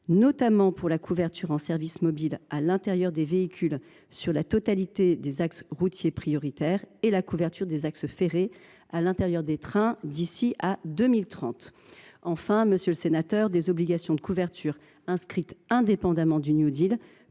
notamment pour la couverture en services mobiles à l’intérieur des véhicules sur la totalité des axes routiers prioritaires et la couverture des axes ferrés à l’intérieur des trains d’ici à 2030. Enfin, indépendamment du New Deal, des obligations de couverture contribueront également